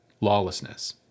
lawlessness